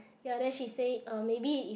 ya then she say uh maybe if